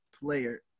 player